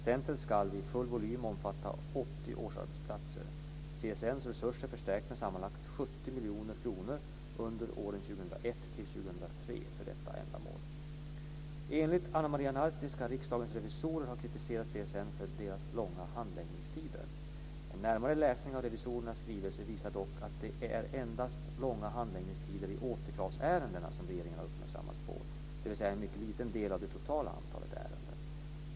Centret ska vid full volym omfatta 80 årsarbetsplatser. CSN:s resurser förstärks med sammanlagt 70 miljoner kronor under åren 2001-2003 för detta ändamål. Enligt Ana Maria Narti ska Riksdagens revisorer ha kritiserat CSN för dess långa handläggningstider. En närmare läsning av revisorernas skrivelse visar dock att det är endast långa handläggningstider i återkravsärenden som regeringen har uppmärksammats på, dvs. en mycket liten del av det totala antalet ärenden.